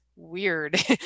weird